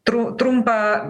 tru trumpą